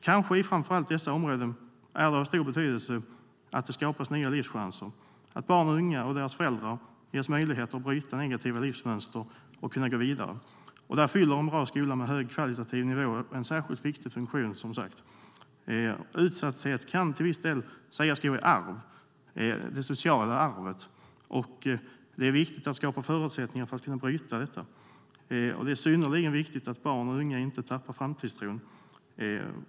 Kanske i framför allt dessa områden är det av stor betydelse att det skapas nya livschanser - att barn, unga och deras föräldrar ges möjligheter att bryta negativa livsmönster och gå vidare. Där fyller en bra skola med hög kvalitativ nivå som sagt en särskilt viktig funktion. Utsatthet kan till viss del sägas gå i arv - det sociala arvet. Det är viktigt att skapa förutsättningar för att människor ska kunna bryta det, och det är synnerligen viktigt att barn och unga inte tappar framtidstron.